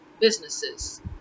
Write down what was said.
businesses